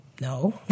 no